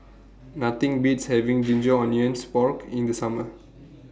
Nothing Beats having Ginger Onions Pork in The Summer